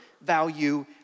value